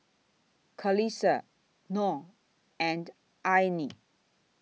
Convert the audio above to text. Qalisha Noh and Aina